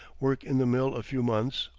work in the mill a few months,